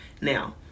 Now